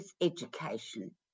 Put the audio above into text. Education